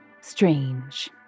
strange